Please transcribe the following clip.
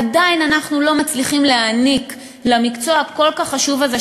עדיין אנחנו לא מצליחים להעניק למקצוע הכל-כך חשוב הזה,